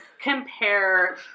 compare